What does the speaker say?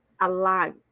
alive